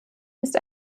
ist